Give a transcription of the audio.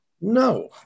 No